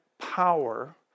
power